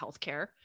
healthcare